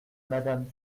madame